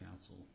Council